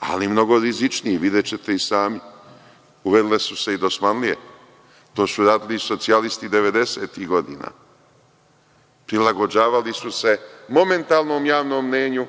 ali mnogo rizičniji, videćete i sami, uverile su se i dosmanlije. To su radili i socijalisti '90. godina. Prilagođavali su se momentalnom javnom mnenju